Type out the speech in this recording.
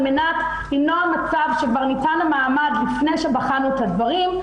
על מנת למנוע מצב שכבר ניתן המעמד לפני שבחנו את הדברים,